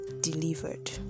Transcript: delivered